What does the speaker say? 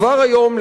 כבר היום,